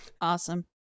Awesome